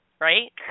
right